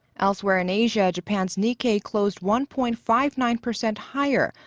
elsewhere in asia. japan's nikkei closed one-point-five nine percent higher,